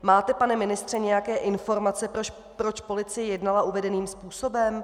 Máte, pane ministře, nějaké informace, proč policie jednala uvedeným způsobem?